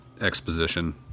Exposition